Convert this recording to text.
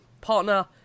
partner